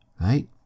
Right